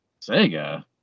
Sega